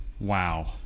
Wow